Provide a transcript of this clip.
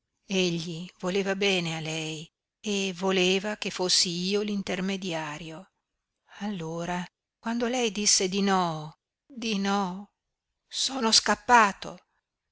egli voleva bene a lei e voleva che fossi io l'intermediario allora quando lei disse di no di no sono scappato